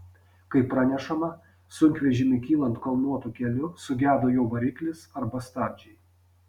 kaip pranešama sunkvežimiui kylant kalnuotu keliu sugedo jo variklis arba stabdžiai